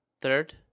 third